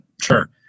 Sure